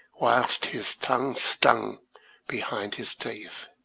whilst his tongue stung behind his teeth.